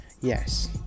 Yes